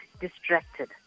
distracted